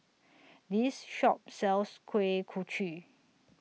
This Shop sells Kuih Kochi